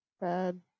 bad